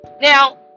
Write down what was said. now